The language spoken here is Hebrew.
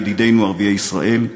ידידינו ערביי ישראל,